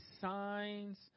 signs